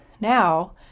now